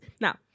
Now